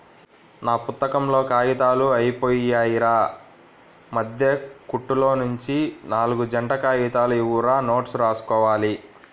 నా పుత్తకంలో కాగితాలు అయ్యిపొయ్యాయిరా, మద్దె కుట్టులోనుంచి నాల్గు జంట కాగితాలు ఇవ్వురా నోట్సు రాసుకోవాలి